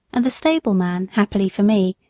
and the stable man, happily for me,